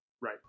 Right